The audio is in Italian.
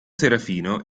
serafino